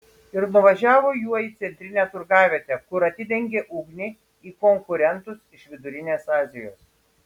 ir nuvažiavo juo į centrinę turgavietę kur atidengė ugnį į konkurentus iš vidurinės azijos